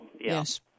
Yes